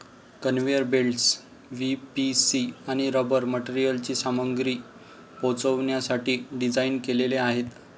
conveyor belts PVC आणि rubber मटेरियलची सामग्री पोहोचवण्यासाठी डिझाइन केलेले आहेत